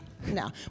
No